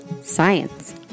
science